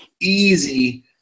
easy